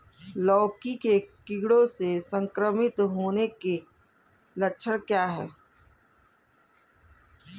लौकी के कीड़ों से संक्रमित होने के लक्षण क्या हैं?